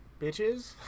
Bitches